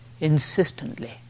insistently